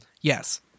Yes